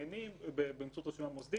כתב נאמנות או החלטת האורגן המוסמך